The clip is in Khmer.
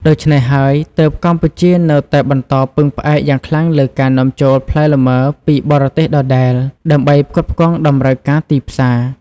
ដូច្នេះហើយ ទើបកម្ពុជានៅតែបន្តពឹងផ្អែកយ៉ាងខ្លាំងលើការនាំចូលផ្លែលម៉ើពីបរទេសដដែល ដើម្បីផ្គត់ផ្គង់តម្រូវការទីផ្សារ។